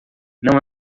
não